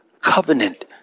covenant